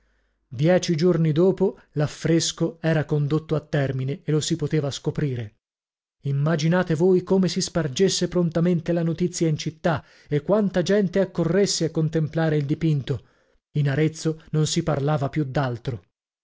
dieci giorni dopo l'affresco era condotto a termine e lo si poteva scoprire immaginate voi come si spargesse prontamente la notizia in città e quanta gente accorresse a contemplare il dipinto in arezzo non si parlava più d'altro